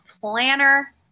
planner